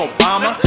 Obama